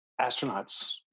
astronauts